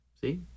See